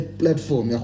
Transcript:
platform